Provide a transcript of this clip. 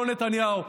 לא נתניהו.